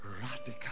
radical